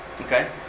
okay